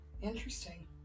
Interesting